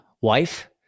wife